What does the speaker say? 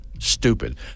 stupid